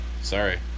Sorry